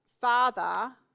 Father